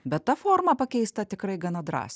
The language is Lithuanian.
bet ta forma pakeista tikrai gana drąsiai